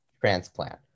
transplant